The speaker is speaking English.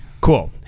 Cool